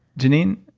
geneen,